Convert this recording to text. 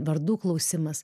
vardų klausimas